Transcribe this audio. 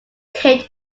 kate